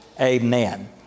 amen